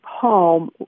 home